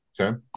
Okay